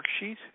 worksheet